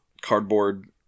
cardboard